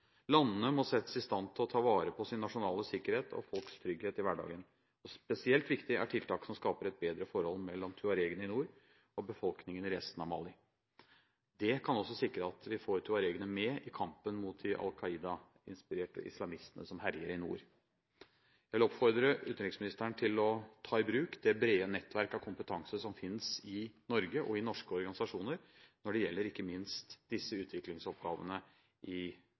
Landene må settes i stand til å ta vare på sin nasjonale sikkerhet og folks trygghet i hverdagen. Spesielt viktig er tiltak som skaper et bedre forhold mellom tuaregene i nord og befolkningen i resten av Mali. Det kan også sikre at vi får tuaregene med i kampen mot de Al Qaida-inspirerte islamistene som herjer i nord. Jeg vil oppfordre utenriksministeren til å ta i bruk det brede nettverk av kompetanse som finnes i Norge og i norske organisasjoner når det gjelder, ikke minst, disse utviklingsoppgavene i